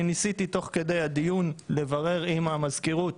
אני ניסיתי תוך כדי הדיון לברר עם המזכירות.